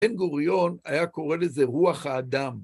בן גוריון היה קורא לזה רוח האדם.